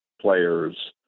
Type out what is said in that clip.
players